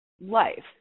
life